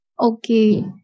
Okay